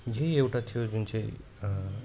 यही एउटा थियो जुन चाहिँ